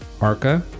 Arca